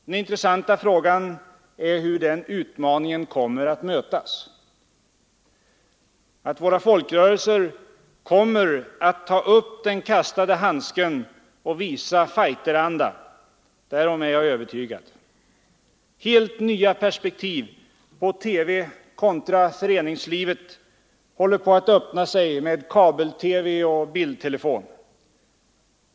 Den intressanta frågan är hur den utmaningen kommer att mötas. Att våra folkrörelser kommer att ta upp den kastade handsken och visa fighteranda, därom är jag övertygad. Helt nya perspektiv på TV kontra föreningslivet håller på att öppna sig med kabel-TV och bildtelefon.